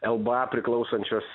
lba priklausančios